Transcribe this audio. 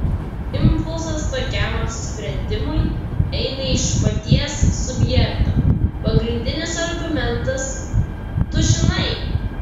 impulsas tokiam apsisprendimui eina iš paties subjekto pagrindinis argumentas tu žinai